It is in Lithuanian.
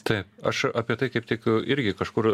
tai aš apie tai kaip tik irgi kažkur